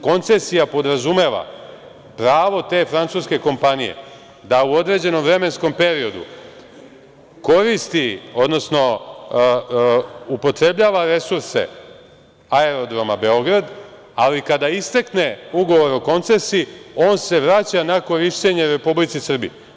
Koncesija podrazumeva pravo te francuske kompanije da u određenom vremenskom periodu koristi, odnosno upotrebljava resurse Aerodroma Beograd, ali kada istekne Ugovor o koncesiji on se vraća na korišćenje Republici Srbiji.